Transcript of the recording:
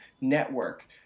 network